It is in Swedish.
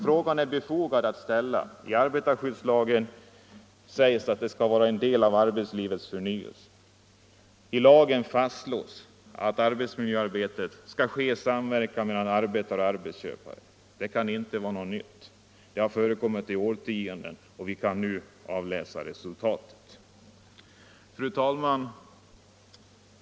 Frågan är befogad, eftersom förändringarna i arbetarskyddslagen sades innebära en del av arbetslivets förnyelse. I lagen fastslås att arbetsmiljöarbetet skall ske i samverkan mellan arbetare och arbetsköpare. Det kan inte vara något nytt — det har förekommit i årtionden, och vi kan nu avläsa resultatet. Fru talman!